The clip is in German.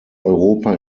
europa